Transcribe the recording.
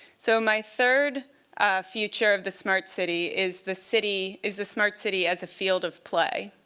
so my third future of the smart city is the city is the smart city as a field of play.